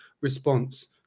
response